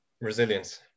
Resilience